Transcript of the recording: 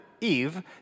Eve